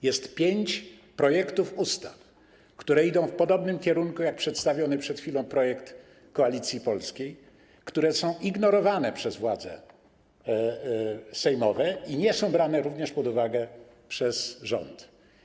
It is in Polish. Jest pięć projektów ustaw, które idą w podobnym kierunku jak przedstawiony przed chwilą projekt Koalicji Polskiej, a które są ignorowane przez władze sejmowe i nie są brane pod uwagę przez rząd.